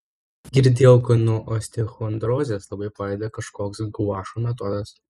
girdėjau kad nuo osteochondrozės labai padeda kažkoks guašo metodas